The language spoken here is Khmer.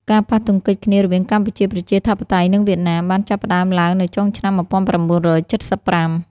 ការប៉ះទង្គិចគ្នារវាងកម្ពុជាប្រជាធិបតេយ្យ និងវៀតណាម បានចាប់ផ្តើមឡើងនៅចុងឆ្នាំ១៩៧៥។